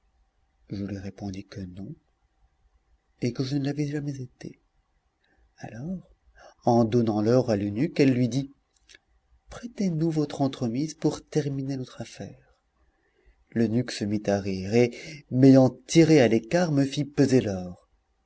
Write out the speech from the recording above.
je lui répondis que non et que je ne l'avais jamais été alors en donnant l'or à l'eunuque elle lui dit prêteznous votre entremise pour terminer notre affaire l'eunuque se mit à rire et m'ayant tiré à l'écart me fit peser l'or